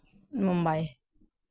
Mumbai